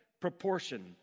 proportion